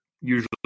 usually